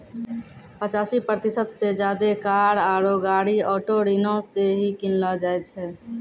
पचासी प्रतिशत से ज्यादे कार आरु गाड़ी ऑटो ऋणो से ही किनलो जाय छै